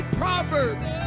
proverbs